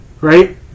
Right